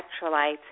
electrolytes